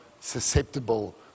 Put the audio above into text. susceptible